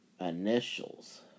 initials